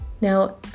Now